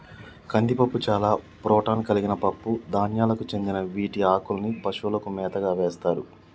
కందిపప్పు చాలా ప్రోటాన్ కలిగిన పప్పు ధాన్యాలకు చెందిన వీటి ఆకుల్ని పశువుల మేతకు వేస్తారు